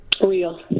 Real